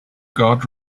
guard